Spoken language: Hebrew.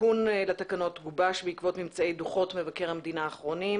תיקון לתקנות גובש בעקבות ממצאי דוחות מבקר המדינה האחרונים,